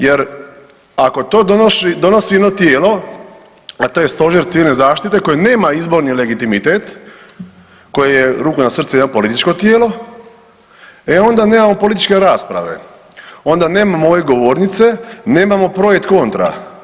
Jer ako to donosi jedno tijelo, a to je Stožer civilne zaštite koji nema izborni legitimitet koji je ruku na srce jedno političko tijelo, e onda nemamo političke rasprave, onda nemamo ove govornice, nemamo …/nerazumljivo/… kontra.